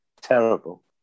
terrible